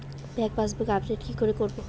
Bank passbook update কি করে করবো?